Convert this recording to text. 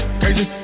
crazy